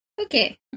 Okay